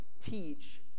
teach